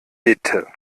bitte